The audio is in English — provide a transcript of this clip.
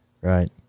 right